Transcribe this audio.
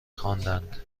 خواندند